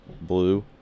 blue